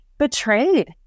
Betrayed